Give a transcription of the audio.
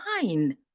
fine